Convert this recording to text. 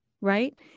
right